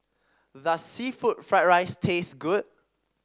does seafood Fried Rice taste good